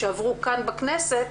שעברו כאן בכנסת,